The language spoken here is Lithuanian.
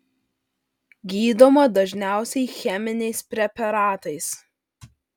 gydoma dažniausiai cheminiais preparatais